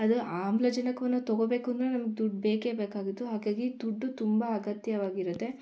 ಅದು ಆಮ್ಲಜನಕವನ್ನು ತಗೊಳ್ಬೇಕು ಅಂದರೆ ನಮ್ಗೆ ದುಡ್ಡು ಬೇಕೇ ಬೇಕಾಗಿತ್ತು ಹಾಗಾಗಿ ದುಡ್ಡು ತುಂಬ ಅಗತ್ಯವಾಗಿರುತ್ತೆ